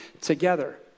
together